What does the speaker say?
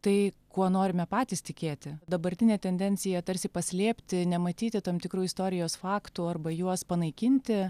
tai kuo norime patys tikėti dabartinė tendencija tarsi paslėpti nematyti tam tikrų istorijos faktų arba juos panaikinti